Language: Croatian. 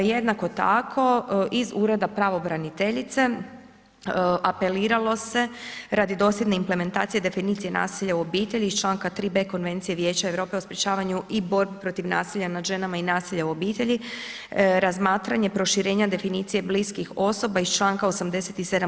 Jednako tako iz Ureda pravobraniteljice apeliralo se radi dosljedne implementacije definicije nasilja u obitelji iz članka 3.b Konvencije Vijeća Europe o sprečavanju i borbi protiv nasilja nad ženama i nasilja u obitelji, razmatranje proširenja definicije bliskih osoba iz članka 87.